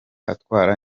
atwara